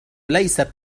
ليست